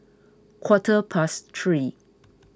quarter past three